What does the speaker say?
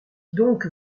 doncques